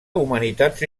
humanitats